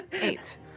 Eight